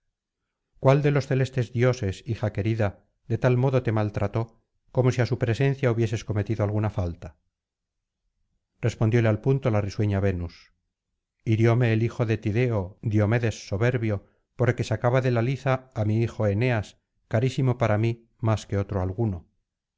cuál de los celestes dioses hija querida de tal modo te maltrató como si á su presencia hubieses cometido alguna falta respondióle al punto la risueña venus hirióme el hijo de tideo diomedes soberbio porque sacaba de la liza á mi hijo eneas carísimo para mí más que otro alguno